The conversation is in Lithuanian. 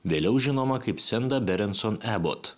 vėliau žinoma kaip sinda berencon ebot